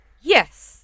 Yes